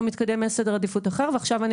לא מתקדם ויש סדר עדיפות אחר ועכשיו אני